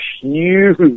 huge